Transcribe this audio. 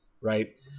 right